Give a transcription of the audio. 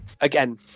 again